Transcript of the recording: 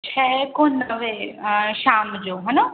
छह खां नवें शाम जो हे न